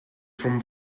from